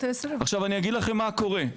אני אגיד לכם מה קורה.